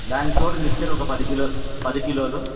దానికి తోడు మిక్చర్ ఒక పది కిలో పది కిలోలు